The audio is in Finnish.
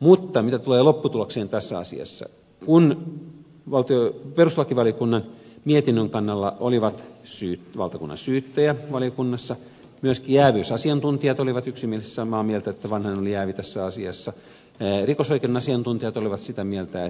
mutta mitä tulee lopputulokseen tässä asiassa kun perustuslakivaliokunnan mietinnön kannalla oli valtakunnansyyttäjä valiokunnassa myöskin jääviysasiantuntijat olivat yksimielisesti samaa mieltä että vanhanen oli jäävi tässä asiassa rikosoikeuden asiantuntijat olivat sitä mieltä